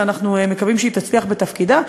ואנחנו מקווים שהיא תצליח בתפקידה,